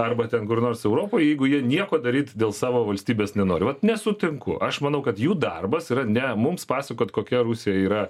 arba ten kur nors europoj jeigu jie nieko daryt dėl savo valstybės nenori vat nesutinku aš manau kad jų darbas yra ne mums pasakot kokia rusija yra